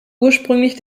ursprünglich